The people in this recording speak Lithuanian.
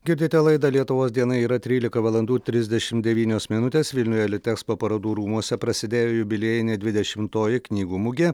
girdite laidą lietuvos diena yra trylika valandų trisdešimt devynios minutės vilniuje litekspo parodų rūmuose prasidėjo jubiliejinė dvidešimtoji knygų mugė